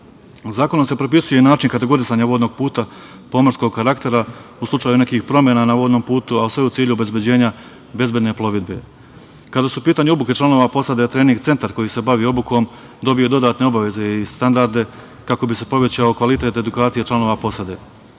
Zakonom se propisuje i način kategorisanja vodnog puta pomorskog karaktera u slučaju nekih promena na vodnom putu, a sve u cilju obezbeđenja bezbedne plovidbe. Kada su u pitanju obuke članova posade, trening centar koji se bavi obukom dobija dodatne obaveze i standarde kako bi se povećao kvalitet edukacije članova posade.